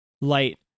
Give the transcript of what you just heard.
light